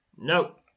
Nope